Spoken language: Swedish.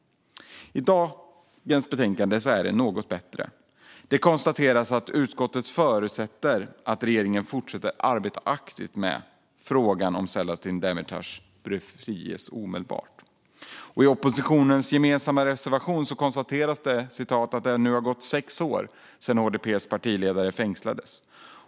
I det betänkande vi nu debatterar är det något bättre. Det konstateras att utskottet förutsätter att regeringen fortsätter att arbeta aktivt med frågan om att Selahattin Demirtas bör friges omedelbart. I oppositionens gemensamma reservation konstateras följande: "Det har nu gått sex år sedan HDP:s partiledare fängslades."